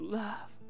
love